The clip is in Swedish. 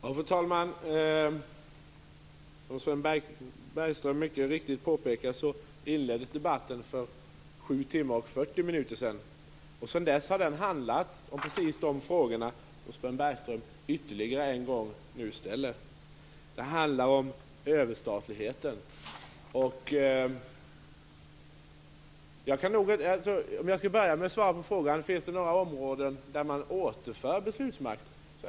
Fru talman! Som Sven Bergström mycket riktigt påpekade inleddes debatten för sju timmar och 40 minuter sedan. Sedan dess har den handlat om precis de frågor som Sven Bergström nu ställer ytterligare en gång. Det handlar om överstatligheten. Jag kan börja med att svara på frågan om det finns några områden där man återför beslutsmakt till de nationella parlamenten.